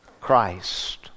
Christ